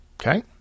Okay